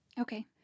okay